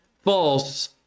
false